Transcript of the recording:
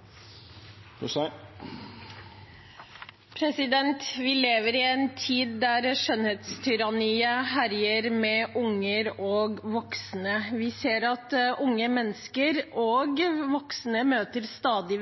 til. Vi lever i en tid der skjønnhetstyranniet herjer med unge og voksne. Vi ser at unge mennesker og voksne møter stadig